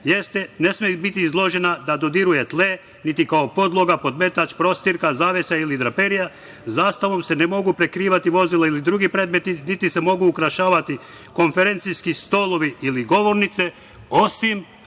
jeste, ne sme biti izložena da dodiruje tle, niti kao podloga, podmetač, prostirka, zavesa ili draperija. Zastavom se ne mogu prikrivati vozila ili drugi predmeti niti se mogu ukrašavati konferencijski stolovi ili govornice, osim